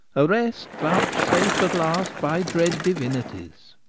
a rest vouchsafed at last by dread divinities.